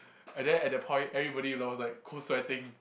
and then at that point everybody love was like cold sweating